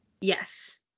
Yes